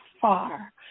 far